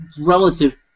relative